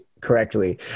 correctly